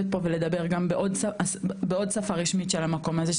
פה ולדבר גם בעוד שפה רשמית של המקום הזה,